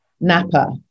NAPA